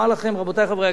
רבותי חברי הכנסת,